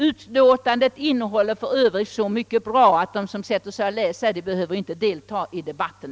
Utlåtandet innehåller för övrigt så mycket värdefullt att de som läser det inte längre behöver delta i debatten.